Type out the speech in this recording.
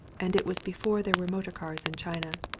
and it was before there were motor cars in china.